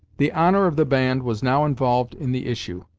the honor of the band was now involved in the issue,